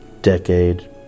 decade